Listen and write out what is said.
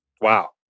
Wow